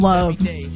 Loves